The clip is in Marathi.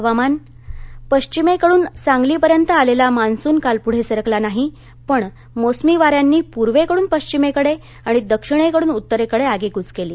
हवामान पश्चिमेकडून सांगलीपर्यंत आलेला मान्सून काल पुढे सरकला नाही पण मोसमी वाऱ्यांनी पूर्वेकडून पश्चिमेकडे आणि दक्षिणेकडून उत्तरेकडे आगेकूच केली